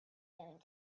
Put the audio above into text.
going